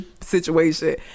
situation